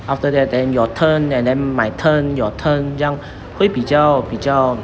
after that then your turn and then my turn your turn 这样会比较比较